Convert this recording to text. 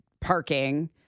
parking